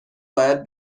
باید